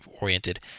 oriented